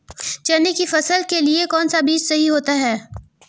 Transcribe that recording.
चने की फसल के लिए कौनसा बीज सही होता है?